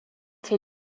fait